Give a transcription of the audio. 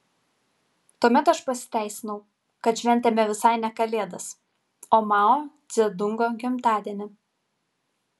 tuomet aš pasiteisinau kad šventėme visai ne kalėdas o mao dzedungo gimtadienį